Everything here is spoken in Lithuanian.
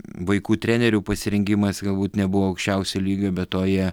vaikų trenerių pasirengimas galbūt nebuvo aukščiausio lygio be to jie